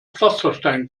pflasterstein